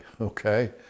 okay